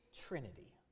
Trinity